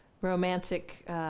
romantic